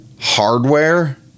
hardware